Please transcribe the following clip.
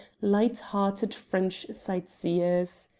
light-hearted french sightseers.